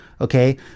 okay